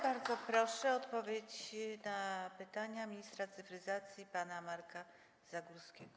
Bardzo proszę o odpowiedź na pytania ministra cyfryzacji pana Marka Zagórskiego.